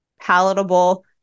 palatable